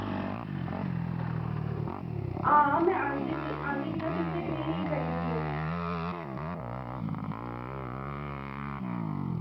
हां मैं आह्नदी दी आह्नदी दियां तुसें कनेही नेही चाहिदी ऐ